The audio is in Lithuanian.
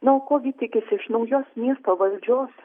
na o ko gi tikisi iš naujos miesto valdžios